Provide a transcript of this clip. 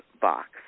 box